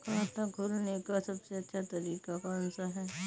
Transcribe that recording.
खाता खोलने का सबसे अच्छा तरीका कौन सा है?